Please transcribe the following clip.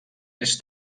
més